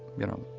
you know,